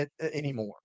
anymore